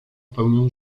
pełnią